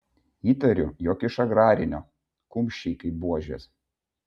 įtariu jog iš agrarinio kumščiai kaip buožės